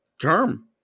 Term